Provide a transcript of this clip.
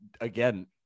again